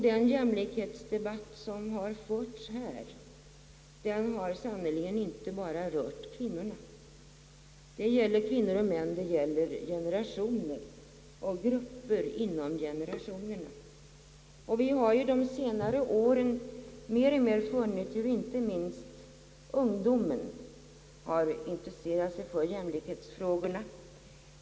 Den jämlikhetsdebatt som har förts här har sannerligen inte bara rört kvinnorna, utan den har gällt kvinnor och män, generationer och grupper inom generationer. Vi har under de senare åren funnit att inte minst ungdomen alltmer intresserat sig för jämlikhetsfrågorna.